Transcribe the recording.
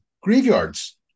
graveyards